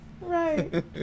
Right